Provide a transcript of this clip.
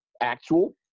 actual –